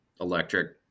Electric